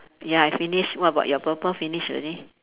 ya I finish what about your purple finish already